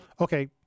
Okay